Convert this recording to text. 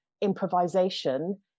improvisation